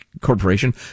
corporation